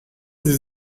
sie